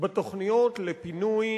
בתוכניות לפינוי